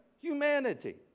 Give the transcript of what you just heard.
humanity